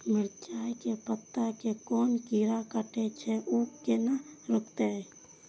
मिरचाय के पत्ता के कोन कीरा कटे छे ऊ केना रुकते?